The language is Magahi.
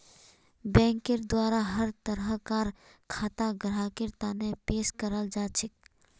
बैंकेर द्वारा हर तरह कार खाता ग्राहकेर तने पेश कराल जाछेक